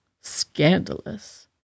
Scandalous